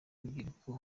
urubyiruko